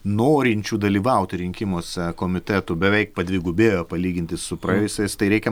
norinčių dalyvauti rinkimuose komitetų beveik padvigubėjo palyginti su praėjusiais tai reikia